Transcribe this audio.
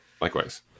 Likewise